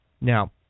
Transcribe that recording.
now